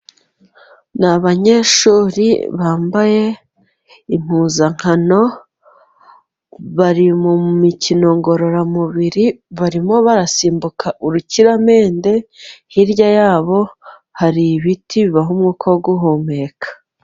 Ni abanyeshuri bambaye impuzankano bari mu mikino ngororamubiri, barimo barasimbuka urukiramende, hirya yabo hari ibiti bibaha umwuka wo guhumeka.